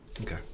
okay